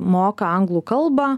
moka anglų kalbą